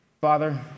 Father